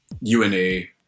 UNA